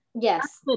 Yes